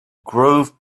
grove